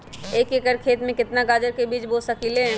एक एकर खेत में केतना गाजर के बीज बो सकीं ले?